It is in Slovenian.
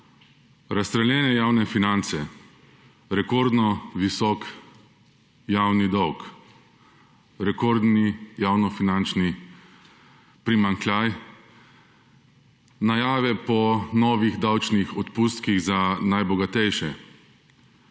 Razstreljene javne finance, rekordno visok javni dolg, rekorden javnofinančni primanjkljaj, najave novih davčnih odpustkov za najbogatejše,